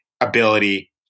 ability